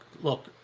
look